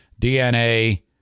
DNA